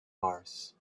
mars